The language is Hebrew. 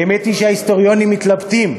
האמת היא שההיסטוריונים מתלבטים: